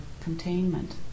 containment